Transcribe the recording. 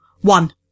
One